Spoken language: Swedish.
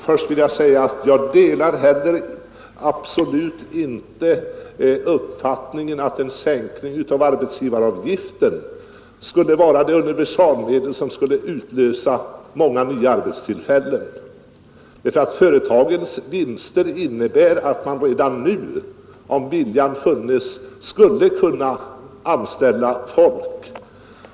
Herr talman! Jag delar absolut inte uppfattningen att en sänkning av arbetsgivaravgiften skulle vara det universalmedel som skulle utlösa många nya arbetstillfällen, därför att företagens vinster innebär att man redan nu, om viljan funnes, skulle kunna anställa mera folk.